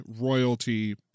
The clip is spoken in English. royalty